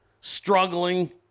Struggling